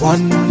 One